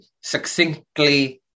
succinctly